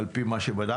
על פי מה שבדקנו.